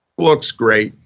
looks great.